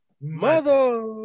mother